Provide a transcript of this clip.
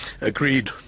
Agreed